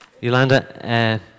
Yolanda